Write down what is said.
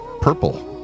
purple